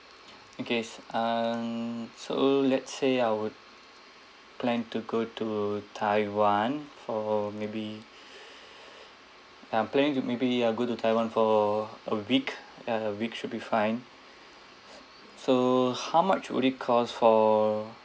okay s~ um so let's say I would plan to go to taiwan for maybe I'm planning to maybe I'll go to taiwan for a week and a week should be fine so how much would it cost for